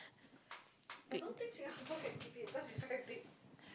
what is a great dane not who is a great dane